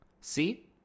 See